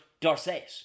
Dorset